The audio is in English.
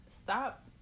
stop